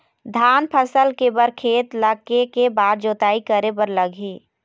धान फसल के बर खेत ला के के बार जोताई करे बर लगही?